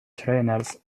trainers